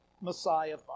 Messiah